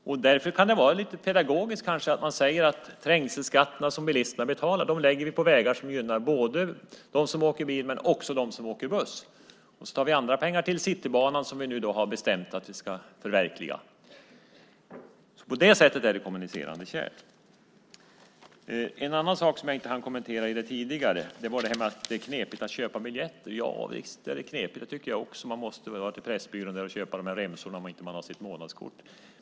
Det kan därför kanske vara lite pedagogiskt att säga att vi lägger trängselskatterna som bilisterna betalar på både dem som åker bil och dem som åker buss och tar andra pengar till Citybanan som vi har bestämt att vi ska förverkliga. På det sättet är det kommunicerande kärl. En annan sak som jag inte hann kommentera tidigare var att det är knepigt att köpa biljetter. Visst kan det vara det. Det tycker jag också. Man måste gå till Pressbyrån och köpa remsorna om man inte har sitt månadskort.